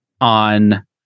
on